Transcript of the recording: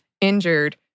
injured